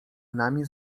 nami